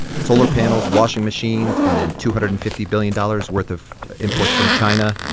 solar panels, washing machines and then two hundred and fifty billion dollars worth of imports from china.